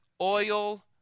oil